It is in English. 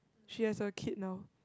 she has a kid now